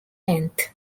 length